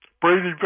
Brady